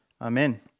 Amen